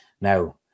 Now